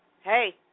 hey